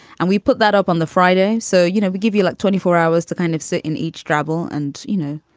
and we put that up on the friday. so, you know, we give you like twenty four hours to kind of sit in each drabble and, you know.